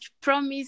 promise